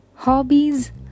hobbies